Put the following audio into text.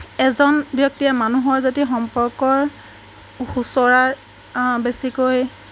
এজন ব্যক্তিয়ে মানুহৰ যদি সম্পৰ্কৰ সোঁচৰাৰ বেছিকৈ